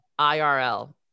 IRL